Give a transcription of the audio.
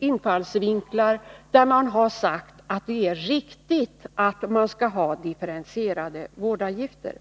infallsvinklar, där det har sagts att det är riktigt att ha differentierade vårdavgifter.